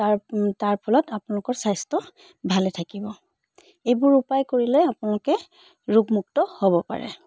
তাৰ তাৰ ফলত আপোনলোকৰ স্বাস্থ্য ভালে থাকিব এইবোৰ উপাই কৰিলে আপোনালোকে ৰোগমুক্ত হ'ব পাৰে